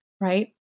right